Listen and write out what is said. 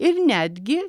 ir netgi